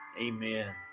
Amen